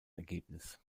ergebnis